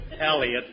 Elliot